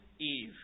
Eve